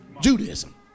Judaism